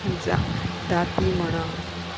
दाती म्हणा